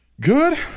Good